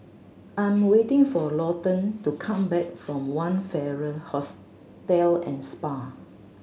I'm waiting for Lawton to come back from One Farrer Hostel and Spa